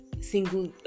single